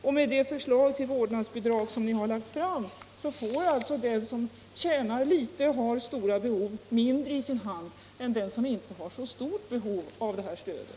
Och med det förslag till vårdnadsbidrag som ni lagt fram får alltså den som tjänar litet och har stora behov mindre i sin hand än den som inte har så stort behov av det här stödet.